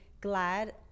glad